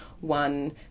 one